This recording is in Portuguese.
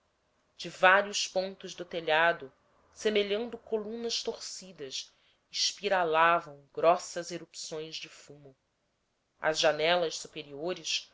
de vários pontos do telhado semelhando colunas torcidas espiralavam grossas erupções de fumo às janelas superiores